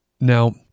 Now